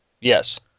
Yes